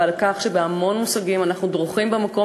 ועל כך שבהמון מושגים אנחנו דורכים במקום,